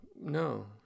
No